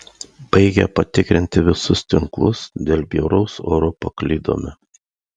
baigę patikrinti visus tinklus dėl bjauraus oro paklydome